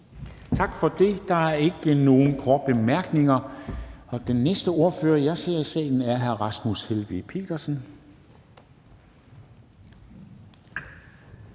Tak for det. Der er ikke nogen korte bemærkninger. Og den næste ordfører, jeg ser i salen, er hr. Rasmus Helveg Petersen,